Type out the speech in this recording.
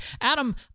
Adam